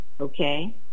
okay